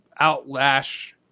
outlash